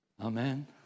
Amen